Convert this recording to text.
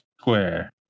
square